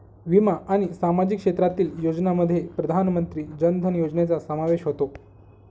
विमा आणि सामाजिक क्षेत्रातील योजनांमध्ये प्रधानमंत्री जन धन योजनेचा समावेश होतो